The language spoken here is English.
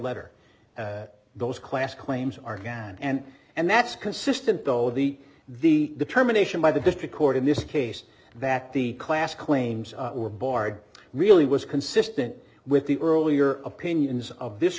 letter those class claims are gann and and that's consistent though the the the determination by the district court in this case that the class claims were barred really was consistent with the earlier opinions of this